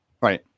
Right